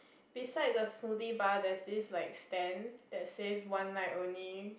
beside the smoothie bar there's this like stand that says one night only